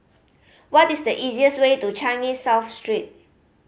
what is the easiest way to Changi South Street